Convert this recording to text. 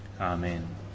Amen